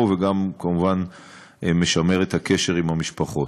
וגם כמובן משמר את הקשר עם המשפחות.